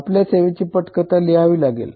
आपल्याला सेवेची पटकथा लिहावी लागेल